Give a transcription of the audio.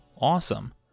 awesome